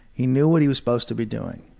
he knew what he was supposed to be doing.